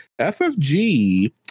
FFG